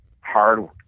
hard